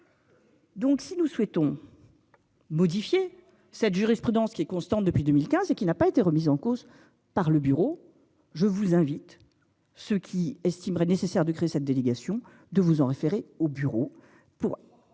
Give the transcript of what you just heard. Donc si nous souhaitons. Modifier cette jurisprudence qui est constante depuis 2015 et qui n'a pas été remises en cause par le bureau. Je vous invite ceux qui estimeraient nécessaire de créer cette délégation de vous en référer au bureau